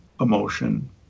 emotion